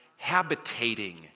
habitating